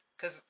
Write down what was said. Cause